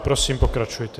Prosím, pokračujte.